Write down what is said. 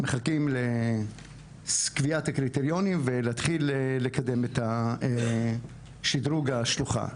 מחכים לקביעת הקריטריונים ולהתחיל לקדם את שדרוג השלוחה.